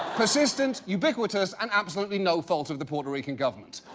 persistent, ubiquitous, and absolutely no fault of the puerto rican government.